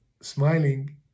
smiling